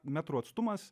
metrų atstumas